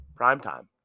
Primetime